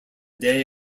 day